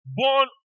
born